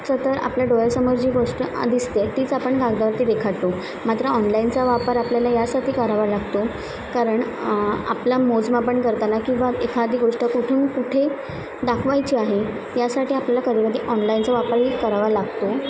तर तर आपल्या डोळ्यासमोर जी गोष्ट दिसते तीच आपण घागावरती देखारतो मात्र ऑनलाईनचा वापर आपल्याला यासाठी करावा लागतो कारण आपला मोजमापण करताना किंवा एखादी गोष्ट कुठून कुठे दाखवायची आहे यासाठी आपल्याला कधी कधी ऑनलाईनचा वापरही करावा लागतो